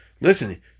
listen